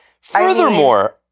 Furthermore-